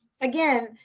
again